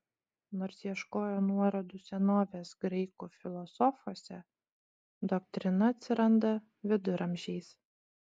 nors ieškojo nuorodų senovės graikų filosofuose doktrina atsiranda viduramžiais